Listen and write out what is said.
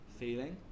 feeling